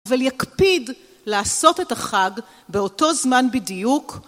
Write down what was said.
אבל יקפיד לעשות את החג באותו זמן בדיוק